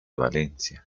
valencia